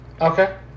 Okay